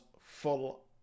full